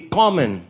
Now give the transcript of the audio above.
common